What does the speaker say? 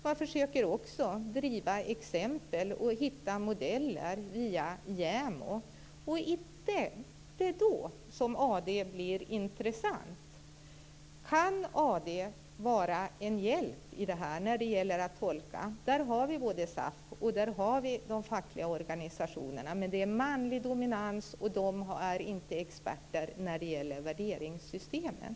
Man försöker också ta fram exempel och hitta modeller via JämO. Det är här som AD blir intressant. Kan AD vara en hjälp i dessa tolkningar? Där finns ju både SAF och de fackliga organisationerna. Men det råder en manlig dominans, och man är inte expert på värderingssystemen.